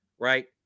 right